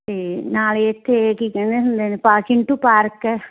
ਅਤੇ ਨਾਲੇ ਇੱਥੇ ਕੀ ਕਹਿੰਦੇ ਹੁੰਦੇ ਨੇ ਪਾਰਕਿੰਗ ਟੂ ਪਾਰਕ